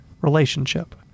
relationship